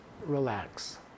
relax